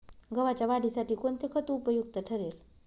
गव्हाच्या वाढीसाठी कोणते खत उपयुक्त ठरेल?